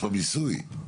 במיסוי.